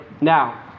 Now